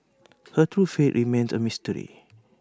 her true fate remains A mystery